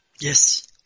Yes